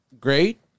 great